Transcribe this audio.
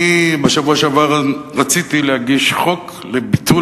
בשבוע שעבר רציתי להגיש חוק לביטול